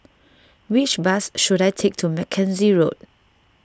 which bus should I take to Mackenzie Road